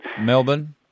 Melbourne